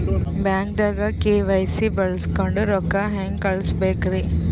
ಬ್ಯಾಂಕ್ದಾಗ ಕೆ.ವೈ.ಸಿ ಬಳಸ್ಕೊಂಡ್ ರೊಕ್ಕ ಹೆಂಗ್ ಕಳಸ್ ಬೇಕ್ರಿ?